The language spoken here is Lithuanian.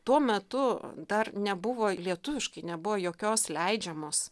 tuo metu dar nebuvo lietuviškai nebuvo jokios leidžiamos